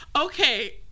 Okay